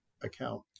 account